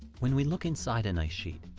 when we look inside an ice sheet,